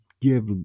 give